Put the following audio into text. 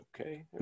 okay